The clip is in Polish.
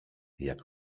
jak